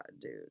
dude